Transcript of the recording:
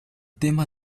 tema